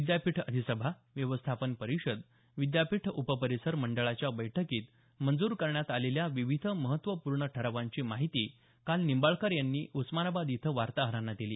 विद्यापीठ अधिसभा व्यवस्थापन परिषद विद्यापीठ उपपरिसर मंडळाच्या बैठकीत मंजूर करण्यात आलेल्या विविध महत्त्वपूर्ण ठरावांची माहिती काल निंबाळकर यांनी उस्मानाबाद इथं वार्ताहरांना दिली